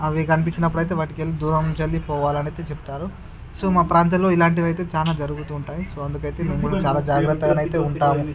అవి కనిపించినప్పుడైతే వాటికెళ్ళి దూరం వెళ్ళి పోవాలని అయితే చెప్తారు సో మా ప్రాంతంలో ఇలాంటివైతే చాలా జరుగుతూ ఉంటాయి సో అందుకైతే మేము అయితే చాలా జాగ్రత్తగా అయితే ఉంటాము